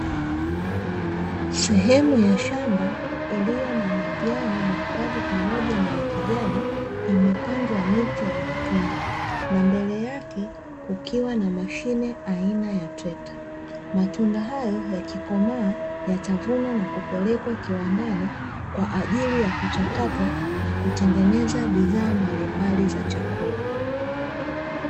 Sehemu ya shamba iliyo na majani makavu pamoja na ya kijani imepandwa miti ya matunda, na mbele yake kukiwa na mashine aina ya trekta. Matunda hayo yakikomaa yatavunwa na kupelekwa kiwandani, kwa ajili ya kuchakatwa na kutengeneza bidhaa mbalimbali za chakula.